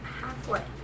halfway